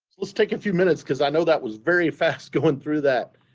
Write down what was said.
let's take a few minutes because i know that was very fast going through that.